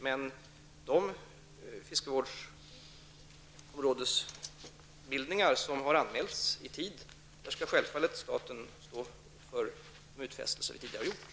Men staten skall självfallet stå för tidigare gjorda utfästelser när det gäller de fiskevårdsområdesbildningar som anmälts i tid.